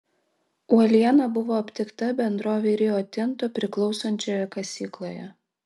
uoliena buvo aptikta bendrovei rio tinto priklausančioje kasykloje